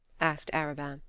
asked arobin.